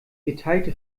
geteilte